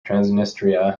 transnistria